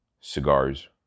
cigars